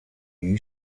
new